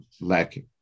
lacking